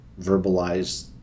verbalize